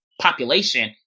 population